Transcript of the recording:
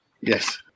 Yes